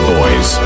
Boys